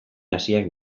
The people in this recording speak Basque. hasiak